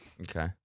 Okay